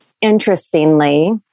interestingly